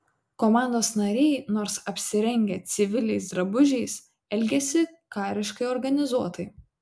komandos nariai nors apsirengę civiliais drabužiais elgėsi kariškai organizuotai